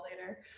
later